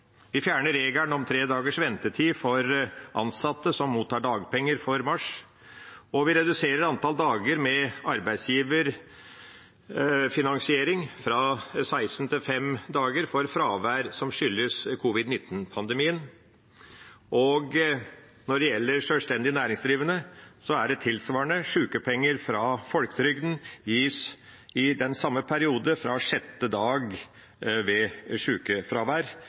Vi fjerner regelen om tre dagers ventetid for ansatte som mottar dagpenger for mars, og vi reduserer antall dager med arbeidsgiverfinansiering, fra seksten til fem dager, for fravær som skyldes covid-19-pandemien. Når det gjelder sjølstendig næringsdrivende, er det tilsvarende. Sykepenger fra folketrygden gis i den samme perioden, fra sjette dag ved